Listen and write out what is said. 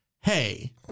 Hey